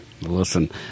listen